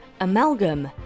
Amalgam